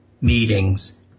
meetings